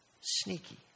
sneaky